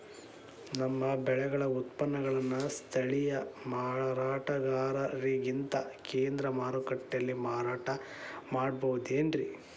ನಮ್ಮ ಬೆಳೆಗಳ ಉತ್ಪನ್ನಗಳನ್ನ ಸ್ಥಳೇಯ ಮಾರಾಟಗಾರರಿಗಿಂತ ಕೇಂದ್ರ ಮಾರುಕಟ್ಟೆಯಲ್ಲಿ ಮಾರಾಟ ಮಾಡಬಹುದೇನ್ರಿ?